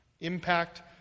impact